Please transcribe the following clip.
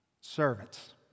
Servants